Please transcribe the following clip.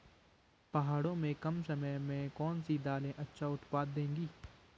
पहाड़ों में कम समय में कौन सी दालें अच्छा उत्पादन देंगी?